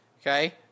okay